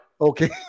Okay